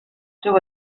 seu